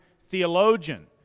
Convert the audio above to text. theologian